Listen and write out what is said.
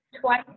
twice